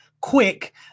quick